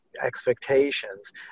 expectations